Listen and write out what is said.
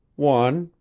one,